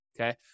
okay